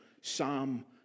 Psalm